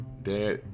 Dad